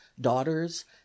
daughters